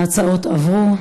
ההצעות התקבלו.